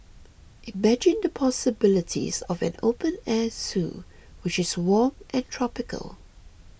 imagine the possibilities of an open air zoo which is warm and tropical